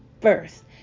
first